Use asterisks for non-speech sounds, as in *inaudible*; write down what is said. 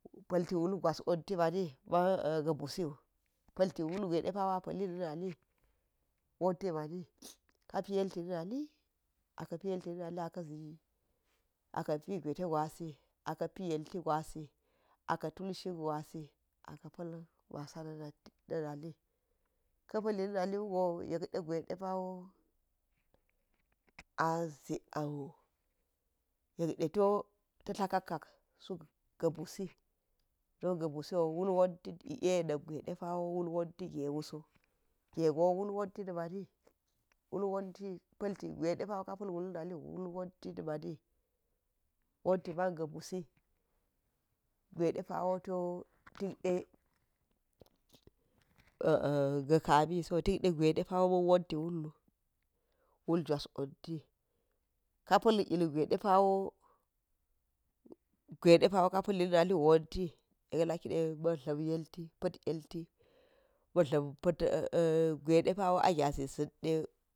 Pa̱lti wul gwas wanti mani na *hesitation* ma̱n ga̱ busiwu, pa̱l ti wul gwe de paweh a pa̱li na̱ naliwu wanti mani kapi yelti na̱ nali, a ka̱ pi yelti na̱ nali a ka̱ pi gwete gwa si a ka̱ pi yelti gwasi aka̱ tul shin gwasi a ka̱ pa̱l yelti na̱ nali ka̱ pa̱li na̱ nali wugo yek de to ta̱ tla kakkak suk ga̱ busi don ga̱ busiwo wul watti ie na̱ gwe de pawo wul wanti gewuso ge go wul wanti mani, wul wanti pa̱l ti gwede pawo ka̱ pa̱l wul na̱ na liwu wanti man ga̱ busi ge de pawo tikde *hesitation* ga̱ ka miso tik de gwe wu, wul jwas wanti ka pa̱l ilgwe depawo gwe de pa̱wa ka pa̱li na̱ na liwu wanti yek lakide yek ma̱dla̱m pa̱t *hesitation* de pawo a gyazi. *hesitation*